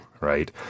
right